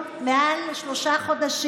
היום, אחרי מעל לשלושה חודשים,